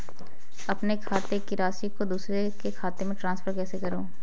अपने खाते की राशि को दूसरे के खाते में ट्रांसफर कैसे करूँ?